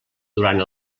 durant